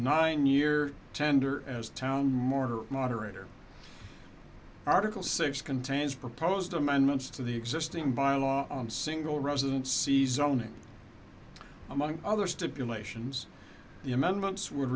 nine year tender as town mortar moderator article six contains proposed amendments to the existing by law single resident c zoning among other stipulations the amendments would